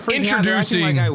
introducing